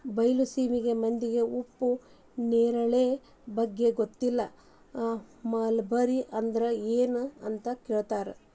ಬೈಲಸೇಮಿ ಮಂದಿಗೆ ಉಪ್ಪು ನೇರಳೆ ಬಗ್ಗೆ ಗೊತ್ತಿಲ್ಲ ಮಲ್ಬೆರಿ ಅಂದ್ರ ಎನ್ ಅಂತ ಕೇಳತಾರ